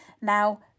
Now